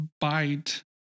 Bite